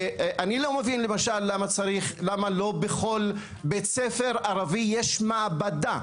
אני לא מבין למשל למה לא בכל בית ספר ערבי יש מעבדה,